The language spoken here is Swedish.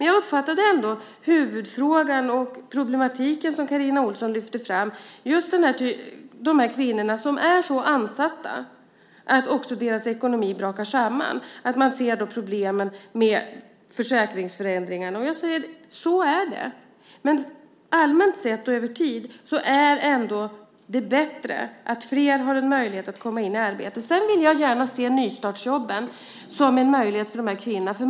Jag uppfattade ändå att huvudfrågan som Carina Ohlsson lyfte fram är problematiken med just de här kvinnorna som är så ansatta att deras ekonomi brakar samman och att man ser problemen med försäkringsförändringarna. Jag säger: Så är det! Men allmänt sett och över tid är det ändå bättre att fler har en möjlighet att komma in i arbete. Sedan vill jag gärna se nystartsjobben som en möjlighet för de här kvinnorna.